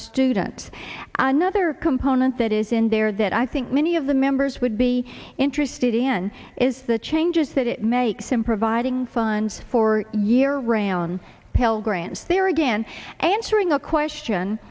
student another component that is in there that i think many of the members would be interested in is the changes that it makes in providing funds for year round pell grants there again answering a question